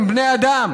הם בני אדם,